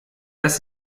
dass